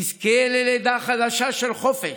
תזכה ללידה חדשה של חופש,